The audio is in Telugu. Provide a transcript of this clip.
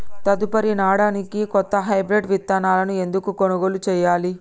తదుపరి నాడనికి కొత్త హైబ్రిడ్ విత్తనాలను ఎందుకు కొనుగోలు చెయ్యాలి?